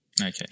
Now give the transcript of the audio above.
okay